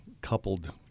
coupled